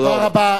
תודה רבה.